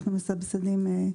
אנחנו מסבסדים.